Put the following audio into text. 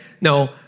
No